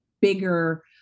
bigger